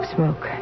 Smoke